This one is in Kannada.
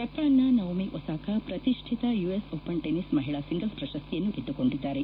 ಜಪಾನ್ನ ನವೋಮಿ ಒಸಾಕಾ ಪ್ರತಿಷ್ಟಿತ ಯುಎಸ್ ಓಪನ್ ಟೆನ್ನಿಸ್ ಮಹಿಳಾ ಸಿಂಗಲ್ಡ್ ಪ್ರಶಸ್ತಿಯನ್ನು ಗೆದ್ದುಕೊಂಡಿದ್ದಾರೆ